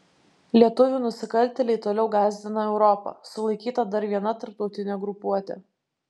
lietuvių nusikaltėliai toliau gąsdina europą sulaikyta dar viena tarptautinė grupuotė